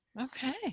okay